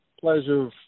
pleasure